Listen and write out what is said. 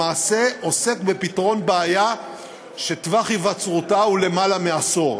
למעשה עוסק בפתרון בעיה שטווח היווצרותה הוא למעלה מעשור.